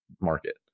market